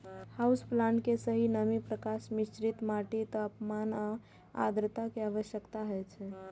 house plant कें सही नमी, प्रकाश, मिश्रित माटि, तापमान आ आद्रता के आवश्यकता होइ छै